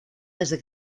desde